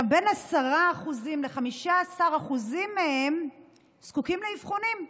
בין 10% ל-15% מהם זקוקים לאבחונים.